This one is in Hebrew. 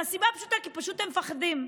מהסיבה הפשוטה: כי פשוט הם מפחדים.